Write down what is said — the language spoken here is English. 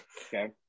okay